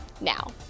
now